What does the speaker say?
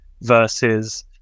versus